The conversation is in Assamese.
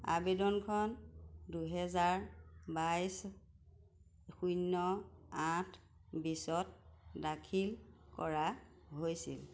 আবেদনখন দুহেজাৰ বাইছ শূন্য আঠ বিছত দাখিল কৰা হৈছিল